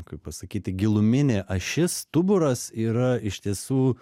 kaip pasakyti giluminė ašis stuburas yra iš tiesų